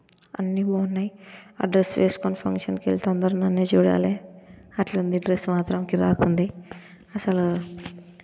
అన్ని బాగున్నాయి ఆ డ్రస్ వేస్కొని ఫంక్షన్కి వెళ్తే అందరు నన్నే చూడాలి అట్లుంది డ్రస్ మాత్రం కిరాక్ ఉంది అసలు